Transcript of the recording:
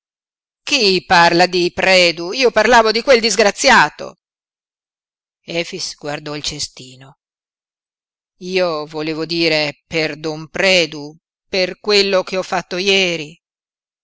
chi parla di predu io parlavo di quel disgraziato efix guardò il cestino io volevo dire per don predu per quello che ho fatto ieri